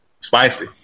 Spicy